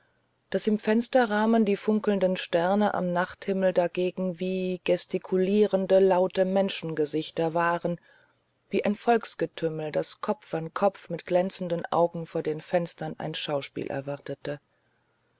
daß im fensterrahmen die funkelnden sterne am nachthimmel dagegen wie gestikulierende laute menschengesichter waren wie ein volksgetümmel das kopf an kopf mit glänzenden augen vor den fenstern ein schauspiel erwartete